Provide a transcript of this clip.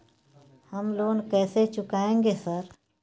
हम लोन कैसे चुकाएंगे सर?